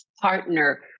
partner